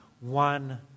One